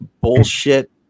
bullshit